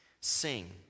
Sing